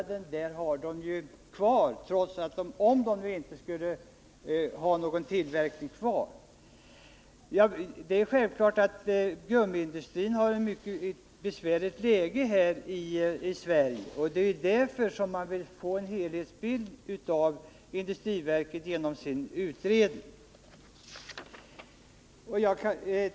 Dessutom har de kvar sin marknad även om de inte bedriver någon tillverkning här. Självklart befinner sig gummiindustrin i Sverige i ett mycket besvärligt läge. Det är också därför som industriverket genom sin utredning vill få en helhetsbild av branschen.